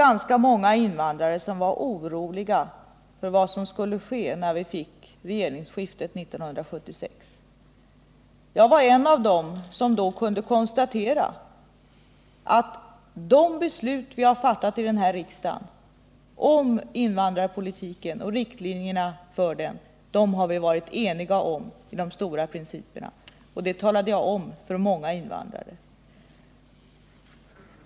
Ganska många invandrare var oroliga för vad som skulle ske när vi fick regimskiftet 1976. Jag var en av dem som då kunde konstatera, att de beslut som vi hade fattat i riksdagen om riktlinjerna för invandrarpolitiken hade vi varit eniga om. Det talade jag om för många invandrare.